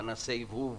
פנסי הבהוב,